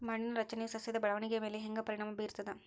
ಮಣ್ಣಿನ ರಚನೆಯು ಸಸ್ಯದ ಬೆಳವಣಿಗೆಯ ಮೇಲೆ ಹೆಂಗ ಪರಿಣಾಮ ಬೇರ್ತದ?